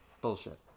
bullshit